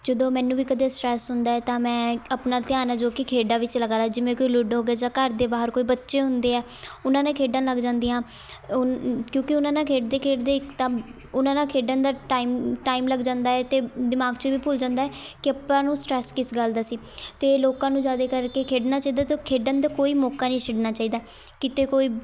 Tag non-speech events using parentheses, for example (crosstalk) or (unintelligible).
ਜਦੋਂ ਮੈਨੂੰ ਵੀ ਕਦੇ ਸਟਰੈੱਸ ਹੁੰਦਾ ਹੈ ਤਾਂ ਮੈਂ ਆਪਣਾ ਧਿਆਨ ਆ ਜੋ ਕਿ ਖੇਡਾਂ ਵਿੱਚ ਲਗਾ ਲਾ ਜਿਵੇਂ ਕਿ ਲੂਡੋ ਹੋ ਗਿਆ ਜਾਂ ਘਰ ਦੇ ਬਾਹਰ ਕੋਈ ਬੱਚੇ ਹੁੰਦੇ ਆ ਉਹਨਾਂ ਨਾਲ ਖੇਡਣ ਲੱਗ ਜਾਂਦੀ ਹਾਂ (unintelligible) ਕਿਉਂਕਿ ਉਹਨਾਂ ਨਾਲ ਖੇਡਦੇ ਖੇਡਦੇ ਇੱਕ ਤਾਂ ਉਹਨਾਂ ਨਾਲ ਖੇਡਣ ਦਾ ਟਾਈਮ ਟਾਈਮ ਲੱਗ ਜਾਂਦਾ ਹੈ ਅਤੇ ਦਿਮਾਗ 'ਚ ਵੀ ਭੁੱਲ ਜਾਂਦਾ ਹੈ ਕਿ ਆਪਾਂ ਨੂੰ ਸਟਰੈੱਸ ਕਿਸ ਗੱਲ ਦਾ ਸੀ ਅਤੇ ਲੋਕਾਂ ਨੂੰ ਜ਼ਿਆਦੇ ਕਰਕੇ ਖੇਡਣਾ ਚਾਹੀਦਾ ਅਤੇ ਉਹ ਖੇਡਣ ਦਾ ਕੋਈ ਮੌਕਾ ਨਹੀਂ ਛੱਡਣਾ ਚਾਹੀਦਾ ਕਿਤੇ ਕੋਈ